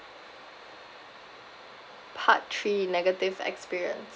part three negative experience